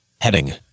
heading